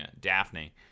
Daphne